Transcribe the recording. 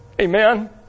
Amen